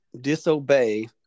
disobey